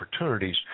opportunities